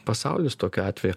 pasaulis tokiu atveju